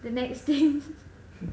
the next thing